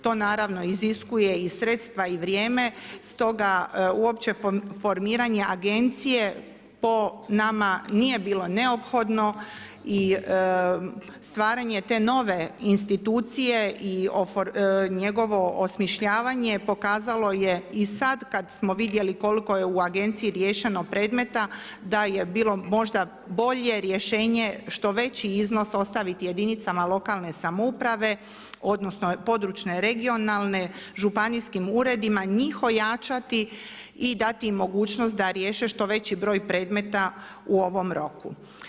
To naravno iziskuje i sredstva i vrijeme, stoga uopće formiranje agencije po nama nije bilo neophodno i stvaranje te nove institucije i njegovo osmišljavanje pokazalo je i sad kad smo vidjeli koliko je u agenciji riješeno predmeta da je bilo možda bolje rješenje što veći iznos ostaviti jedinicama lokalne samouprave odnosno područne (regionalne), županijskim uredima, njih ojačati i dati im mogućnost da riješe što veći broj predmeta u ovom roku.